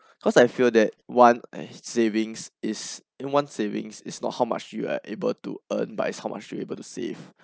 cause I feel that one eh savings is in one savings is not how much you are able to earn but it's how much you are able to save